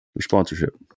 sponsorship